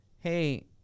hey